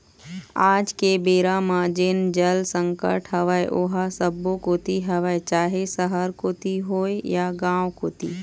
आज के बेरा म जेन जल संकट हवय ओहा सब्बो कोती हवय चाहे सहर कोती होय या गाँव कोती